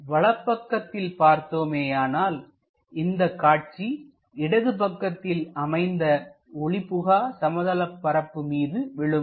நாம் வலப்பக்கத்தில் பார்த்தோமேயானால் இந்தக் காட்சி இடது பக்கத்தில் அமைந்த ஒளிபுகா சமதளப்பரப்பு மீது விழும்